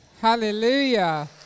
Hallelujah